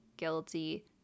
guilty